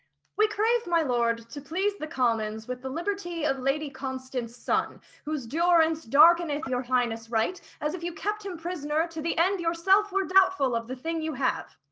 we crave, my lord, to please the commons with the liberty of lady constance' son whose durance darkeneth your highness' right, as if you kept him prisoner, to the end yourself were doubtful of the thing you have.